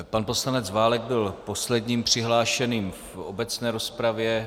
Pan poslanec Válek byl posledním přihlášeným v obecné rozpravě.